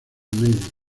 navy